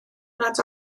nad